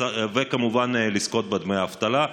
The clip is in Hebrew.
וכמובן לזכות לדמי האבטלה.